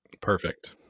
Perfect